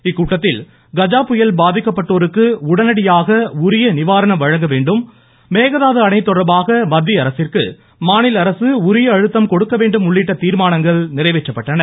இக்கூட்டத்தில் கஜா புயல் பாதிக்கப்பட்டோருக்கு உடனடியாக உரிய நிவாரணம் வழங்க வேண்டும் மேகதாது அணை தொடர்பாக மத்திய அரசிற்கு மாநில அரசு உரிய அழுத்தம் கொடுக்க வேண்டும் உள்ளிட்ட தீர்மானங்கள் நிறைவேற்றப்பட்டன